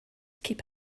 keep